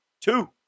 Two